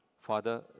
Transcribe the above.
father